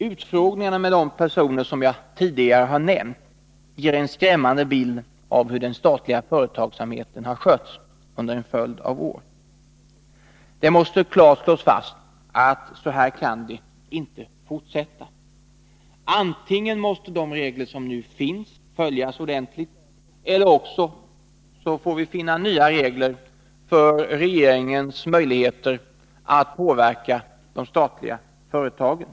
Utfrågningarna med de personer som jag tidigare nämnt ger = statsrådens tjänsteen skrämmande bild av hur den statliga företagsamheten har skötts under en utövning m.m. följd av år. Det måste klart slås fast att så här kan det inte fortsätta. Antingen måste de regler som nu finns följas ordentligt eller också får vi finna nya = Vissa frågor röregler för regeringens möjligheter att påverka de statliga företagen.